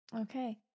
Okay